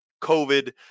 COVID